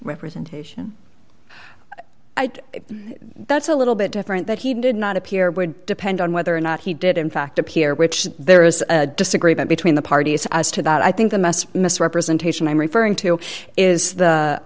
representation that's a little bit different that he did not appear would depend on whether or not he did in fact appear which there is a disagreement between the parties as to that i think the message misrepresentation i'm referring to is the